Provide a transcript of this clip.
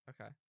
Okay